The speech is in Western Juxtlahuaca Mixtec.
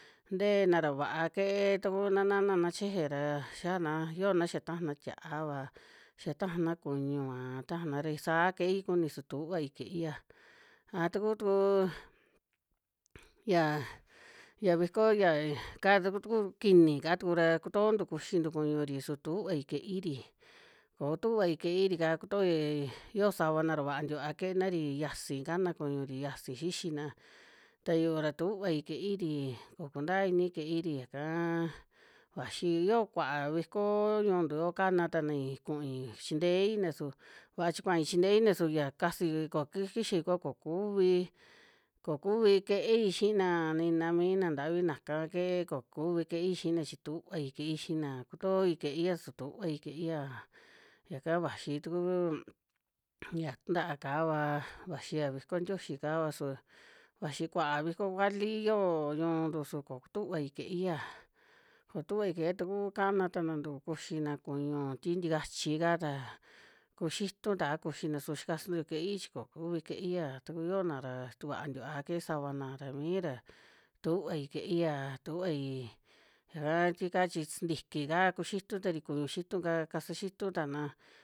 Ntee na ra va'a kuie'e tukú na nána na cheje ra xaa na yo na xa taja na tia'a va xa taja na kuñu va taja na ra saa skie'i kuni su tuvai kuie'ia. Ajá tukú tuu, yaa ya viko ya ka tu k ku kini kaa tukura kutoo ntu kuxi ntu kuñu ri su tuvai kuie'i ri ko kutuvai kuie'i ri kaa kutoi yo sava nara va'a nti va'a kuie'e na ri yasi kána kuñuri ra yasi xixina ta yu'u ra tuvai kuie'i rii koku ntaa ini kuie'i ri ya kaa vaxi yo kua'a vikoo ñu ntu yo'o kana tanai ku'i chintei na su va chi kua'i chi ntei su ya kasi ko kixai kúa ko kuvi, ko kuvi kuie'i xi'i na nina mii na ntavi naka kuie'e ko kuvi kuie'i xi'i na chi tuvai kuie'i xi'i na kutoi kuie'ia su tuvai kuie'ia yaka vaxi tukuu, um ya tnta'a ka vaa vaxia viko tioxi kava su vaxi kua'a viko kuali yoo ñuu ntu su koku tuvai kuie'ia kotuvai kuie'ia tukú kana tana ntuu kuxi na kuñu ti ntikachi kaa ta kuxitu ta'a kuxina su xkasa yu kuie'i chi ko kuvi kuie'ia tuku yo naa ra tu va'a ntiva'a kuie'e savana a ra mii ra tuvai kuie'ia tuvaii ya ka tika chi sntiki kaa kuxitu tari kuñu xitu kaa kasa xitu ta na